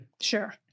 Sure